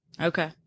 Okay